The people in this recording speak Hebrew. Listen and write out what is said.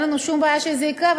אין לנו שום בעיה שזה יקרה,